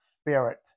spirit